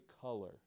color